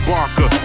Barker